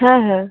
হ্যাঁ হ্যাঁ